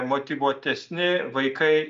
motyvuotesni vaikai